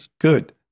good